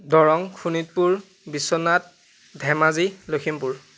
Darrang Sonitpur Biswanath Dhemaji Lakhimpur